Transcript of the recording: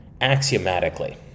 axiomatically